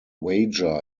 wager